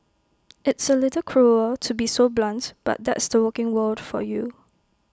it's A little cruel to be so blunt but that's the working world for you